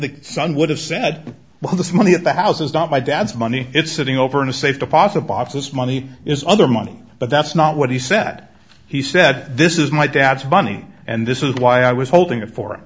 the son would have said well this money at the house is not my dad's money it's sitting over in a safe deposit box this money is other money but that's not what he said he said this is my dad's money and this is why i was holding it for